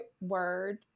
word